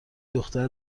دختر